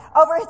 over